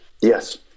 Yes